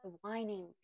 whining